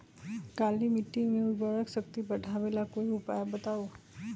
काली मिट्टी में उर्वरक शक्ति बढ़ावे ला कोई उपाय बताउ?